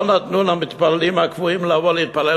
לא נתנו למתפללים הקבועים לבוא להתפלל